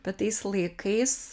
bet tais laikais